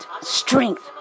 strength